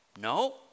No